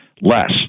less